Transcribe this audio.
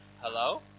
Hello